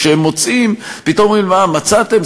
וכשהם מוצאים פתאום אומרים: מצאתם,